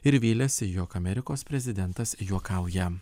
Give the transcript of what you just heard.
ir vylėsi jog amerikos prezidentas juokauja